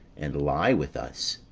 and lie with us.